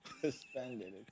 Suspended